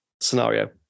scenario